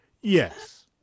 Yes